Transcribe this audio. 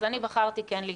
אז אני בחרתי כן להתמודד.